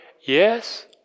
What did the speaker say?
yes